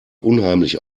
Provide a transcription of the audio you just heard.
unheimlich